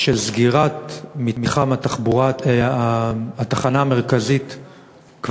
על סגירת מתחם התחנה המרכזית החדשה,